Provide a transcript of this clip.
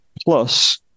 plus